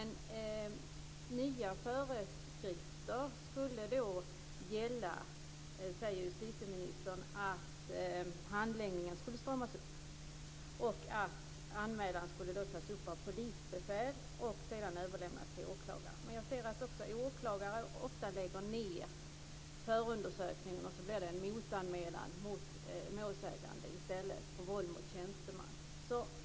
Nya föreskrifter skulle gälla, säger justitieministern. Handläggningen skulle stramas upp. Anmälan skulle tas upp av polisbefäl och sedan överlämnas till åklagare. Men jag ser också att åklagare ofta lägger ned förundersökningar, och så blir det en motanmälan mot den målsägande i stället, för våld mot tjänsteman.